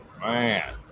Man